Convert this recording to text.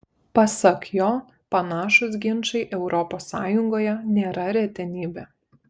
pasak jo panašūs ginčai europos sąjungoje nėra retenybė